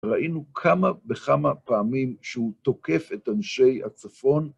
ראינו כמה וכמה פעמים שהוא תוקף את אנשי הצפון.